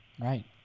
Right